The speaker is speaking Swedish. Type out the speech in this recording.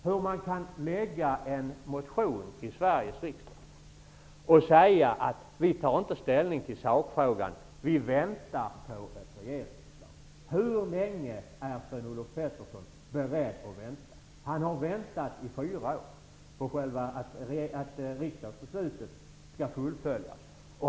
Hur kan man väcka en motion i Sveriges riksdag och säga att man inte tar ställning till sakfrågan utan väntar på ett regeringsförslag? Hur länge är Sven-Olof Petersson beredd att vänta? Han har väntat i fyra år på att riksdagsbeslutet skall fullföljas.